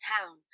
town